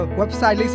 website